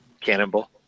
Cannonball